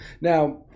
Now